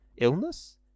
Illness